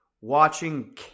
watching